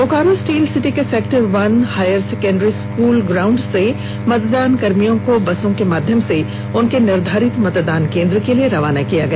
Bokaro steel city के sector one higher secondary school ground से मतदानकर्मियों को बसों के माध्यम से उनके निर्धारित मतदान केंद्र के लिए रवाना किया गया